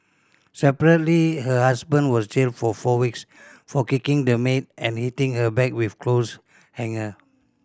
separately her husband was jailed for four weeks for kicking the maid and hitting her back with clothes hanger